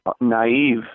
naive